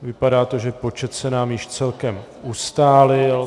Vypadá to, že počet se nám již celkem ustálil.